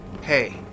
Hey